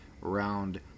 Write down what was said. round